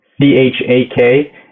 C-H-A-K